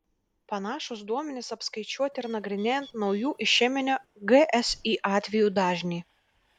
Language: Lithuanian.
panašūs duomenys apskaičiuoti ir nagrinėjant naujų išeminio gsi atvejų dažnį